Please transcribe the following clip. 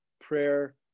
prayer